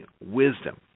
Wisdom